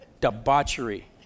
Debauchery